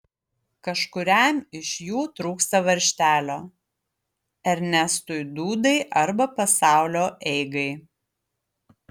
kažkuriam iš jų trūksta varžtelio ernestui dūdai arba pasaulio eigai